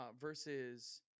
Versus